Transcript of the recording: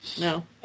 No